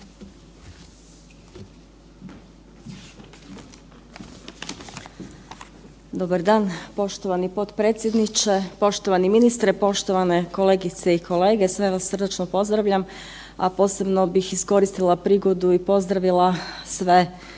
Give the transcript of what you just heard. Dobar dan poštovani potpredsjedniče, poštovani ministre, poštovane kolegice i kolege, sve vas srdačno pozdravljam, a posebno bih iskoristila prigodu i pozdravila sve